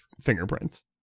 fingerprints